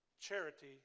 charity